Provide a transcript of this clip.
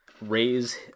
raise